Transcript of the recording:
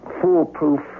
foolproof